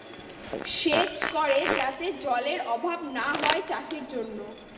সেচ করে যাতে জলেরর অভাব না হয় চাষের জন্য